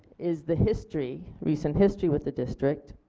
is the history, recent history with the district